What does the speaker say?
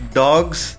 dogs